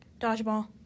Dodgeball